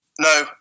No